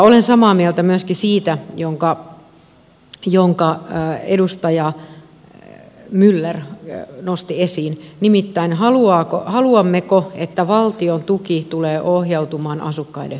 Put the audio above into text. olen samaa mieltä myöskin siitä minkä edustaja myller nosti esiin nimittäin siitä haluammeko että valtion tuki tulee ohjautumaan asukkaiden hyväksi